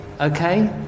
okay